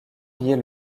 lier